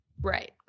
right